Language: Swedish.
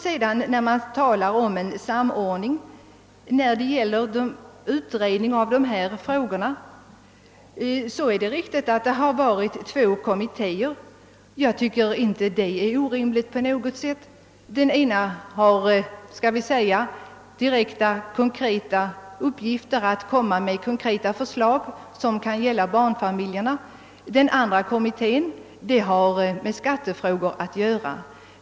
Det talas om samordning vid utredningen av dessa frågor, och det är riktigt att det har varit två kommittéer. Jag tycker inte att det är orimligt på något sätt. Den ena lägger fram direkta, konkreta förslag som kan gälla barn familjerna, den andra ser över familjebeskattningen.